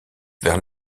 vers